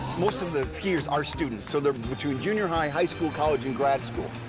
mostly the skiers are students so there between junior high, high school, college and grad school.